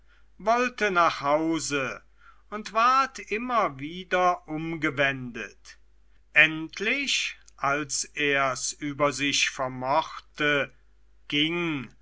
wollte nach hause und ward immer wieder umgewendet endlich als er's über sich vermochte ging